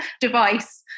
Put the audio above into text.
device